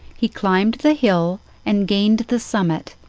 he climbed the hill and gained the summit,